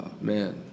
Man